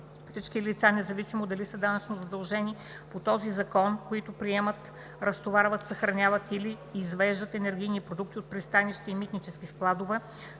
Всички лица, независимо дали са данъчнозадължени по този Закон които приемат, разтоварват, съхраняват или извеждат енергийни продукти от пристанища и митнически складове,